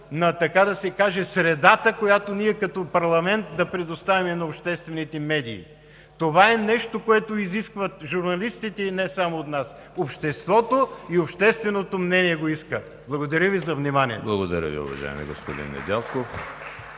средата, която ние като парламент да предоставим на обществените медии. Това е нещо, което изискват журналистите и не само от нас, обществото и общественото мнение го иска. Благодаря Ви за вниманието. (Ръкопляскания от